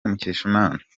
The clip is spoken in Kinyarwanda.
mukeshimana